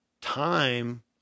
time